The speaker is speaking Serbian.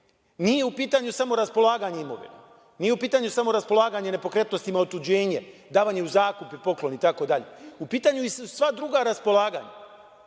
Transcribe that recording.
Nije u pitanju samo raspolaganje imovinom. Nije u pitanju samo raspolaganje nepokretnostima otuđenjem, davanje u zakup, poklon, itd. U pitanju su sva druga raspolaganja,